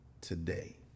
today